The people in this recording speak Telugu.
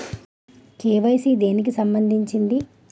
కే.వై.సీ దేనికి సంబందించింది?